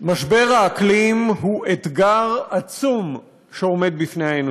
משבר האקלים הוא אתגר עצום שעומד בפני האנושות.